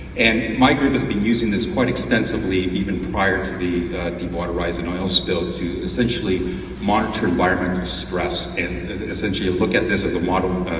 and my group has been using this quite extensively even prior to the deep water horizon oil spill to essentially monitor environmental stress, and to look at this as a model,